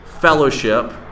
fellowship